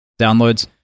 downloads